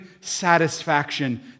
satisfaction